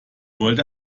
wollte